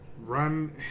run